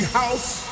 house